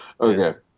Okay